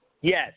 Yes